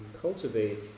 cultivate